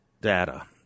data